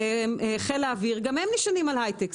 חיל האוויר שגם הם נענים על היי-טק,